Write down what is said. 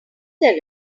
there